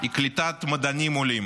היא קליטת מדענים עולים.